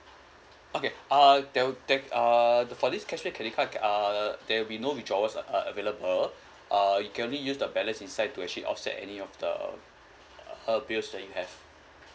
okay uh there will there uh for this cashback credit card uh there will be no withdrawals uh available uh you can only use the balance inside to actually offset any of the uh bills that you have